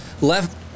left